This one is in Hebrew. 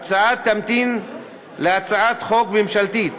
ההצעה תמתין להצעת חוק ממשלתית